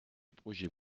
projet